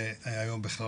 והיום בכלל